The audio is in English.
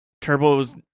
Turbo's